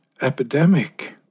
epidemic